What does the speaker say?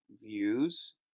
views